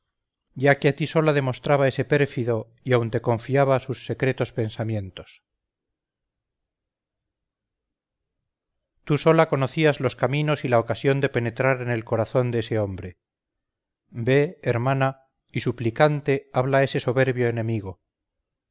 ya que a ti sola demostraba ese pérfido y aun te confiaba sus secretos pensamientos tú sola conocías los caminos y la ocasión de penetrar en el corazón de ese hombre ve hermana y suplicante habla a ese soberbio enemigo